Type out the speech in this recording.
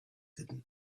hidden